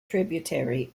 tributary